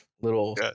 little